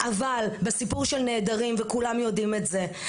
אבל בסיפור של נעדרים וכולם יודעים את זה,